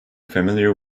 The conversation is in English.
familiar